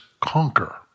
conquer